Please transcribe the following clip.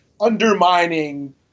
undermining